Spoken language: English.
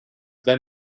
than